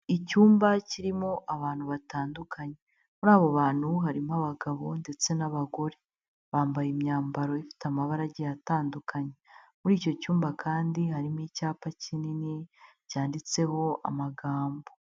Icyumba kirimo abantu batandukanye, muri abo bantu harimo abagabo ndetse n'abagore, bambaye imyambaro ifite amabara agiye atandukanye, muri icyo cyumba kandi harimo icyapa kinini cyanditseho amagambo.